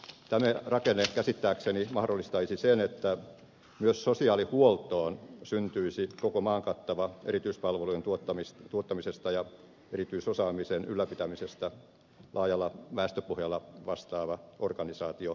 tämä rakenne käsittääkseni mahdollistaisi sen että myös sosiaalihuoltoon syntyisi koko maan kattava erityispalvelujen tuottamisesta ja erityisosaamisen ylläpitämisestä laajalla väestöpohjalla vastaava organisaatio